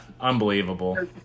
unbelievable